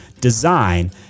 design